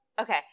Okay